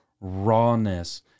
rawness